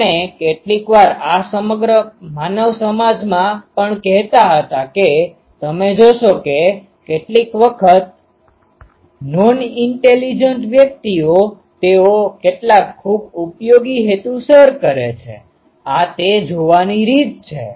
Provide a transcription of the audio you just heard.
આપણે કેટલીકવાર આ સમગ્ર માનવ સમાજમાં પણ કહેતા હતા કે તમે જોશો કે કેટલીક વખત નોન ઈન્ટેલીજન્ટ intelligentબુદ્ધિશાળી વ્યક્તિઓ તેઓ કેટલાક ખૂબ ઉપયોગી હેતુ સર કરે છે આ તે જોવાની રીત છે